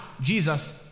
Jesus